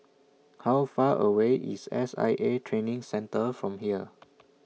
How Far away IS S I A Training Centre from here